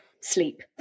Sleep